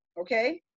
Okay